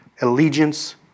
allegiance